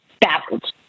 baffled